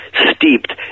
steeped